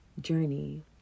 journey